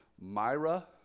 Myra